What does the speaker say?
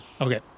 Okay